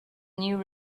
new